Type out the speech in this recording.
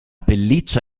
pelliccia